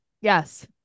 yes